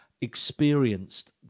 experienced